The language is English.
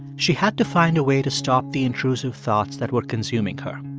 she had to find a way to stop the intrusive thoughts that were consuming her.